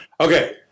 Okay